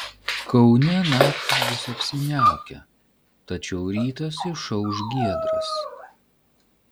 kaune naktį bus apsiniaukę tačiau rytas išauš giedras